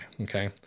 okay